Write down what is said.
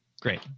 great